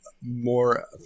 more